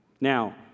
Now